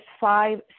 five